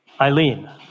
Eileen